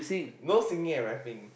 no singing and rapping